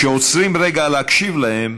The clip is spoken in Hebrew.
כשעוצרים רגע להקשיב להם